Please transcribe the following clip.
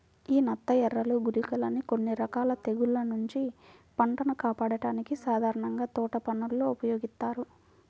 యీ నత్తఎరలు, గుళికలని కొన్ని రకాల తెగుల్ల నుంచి పంటను కాపాడ్డానికి సాధారణంగా తోటపనుల్లో ఉపయోగిత్తారు